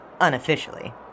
unofficially